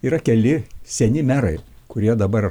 yra keli seni merai kurie dabar